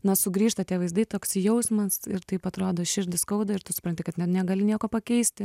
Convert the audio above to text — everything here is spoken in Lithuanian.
na sugrįžta tie vaizdai toks jausmas ir taip atrodo širdį skauda ir tu supranti kad ne negali nieko pakeisti